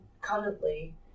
currently